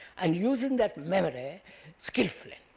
and using that memory skilfully,